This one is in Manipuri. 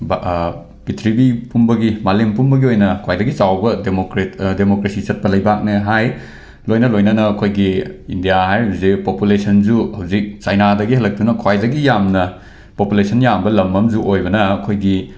ꯄ꯭ꯔꯤꯊꯤꯕꯤ ꯄꯨꯝꯕꯒꯤ ꯃꯥꯂꯦꯝ ꯄꯨꯝꯕꯒꯤ ꯑꯣꯏꯅ ꯈ꯭ꯋꯥꯏꯗꯒꯤ ꯆꯥꯎꯕ ꯗꯦꯃꯣꯀ꯭ꯔꯦꯠ ꯗꯦꯃꯣꯀ꯭ꯔꯦꯁꯤ ꯆꯠꯄ ꯂꯩꯕꯥꯛꯅꯦ ꯍꯥꯏ ꯂꯣꯏꯅ ꯂꯣꯏꯅꯅ ꯑꯩꯈꯣꯏꯒꯤ ꯏꯟꯗ꯭ꯌꯥ ꯍꯥꯏꯔꯤꯕꯁꯦ ꯄꯣꯄꯨꯂꯦꯁꯟꯁꯨ ꯍꯧꯖꯤꯛ ꯆꯥꯏꯅꯥꯗꯒꯤ ꯍꯦꯜꯂꯛꯇꯨꯅ ꯈ꯭ꯋꯥꯏꯗꯒꯤ ꯌꯥꯝꯅ ꯄꯣꯄꯨꯂꯦꯁꯟ ꯌꯥꯝꯕ ꯂꯝ ꯑꯃꯁꯨ ꯑꯣꯏꯕꯅ ꯑꯩꯈꯣꯏꯒꯤ